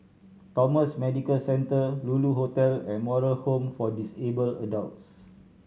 Thomson Medical Centre Lulu Hotel and Moral Home for Disabled Adults